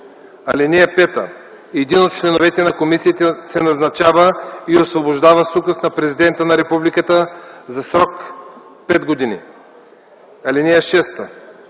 години. (5) Един от членовете на комисията се назначава и освобождава с указ на президента на републиката за срок пет години. (6)